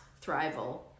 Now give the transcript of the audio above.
thrival